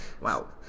Wow